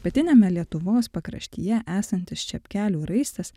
pietiniame lietuvos pakraštyje esantis čepkelių raistas